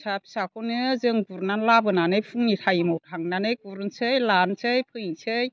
फिसा फिसाखौनो जों गुरनानै लाबोनानै फुंनि टाइमाव थांनानै गुरन्सै लानोसै फैनोसै